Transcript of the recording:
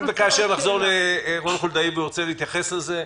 אם וכאשר נחזור לרון חולדאי והוא ירצה להתייחס לזה,